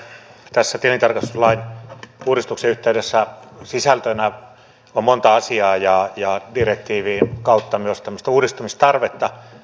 tässä tilintarkastuslain uudistuksen yhteydessä sisältönä on monta asiaa ja direktiivin kautta myös tämmöistä uudistamistarvetta